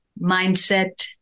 mindset